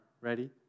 ready